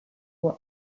will